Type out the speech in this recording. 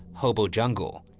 hobo jungle,